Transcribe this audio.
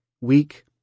weak